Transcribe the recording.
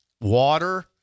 water